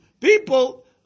people